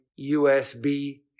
USB